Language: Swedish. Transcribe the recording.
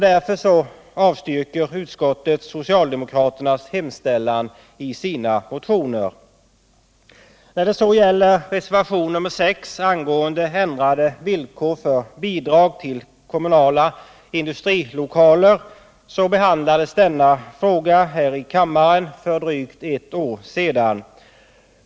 Därför avstyrker utskottet socialdemokraternas motionsyrkanden. När det så gäller reservationen 6, angående ändrade villkor för bidrag till kommunala industrilokaler, så behandlades denna fråga här i kammaren för drygt ett år sedan.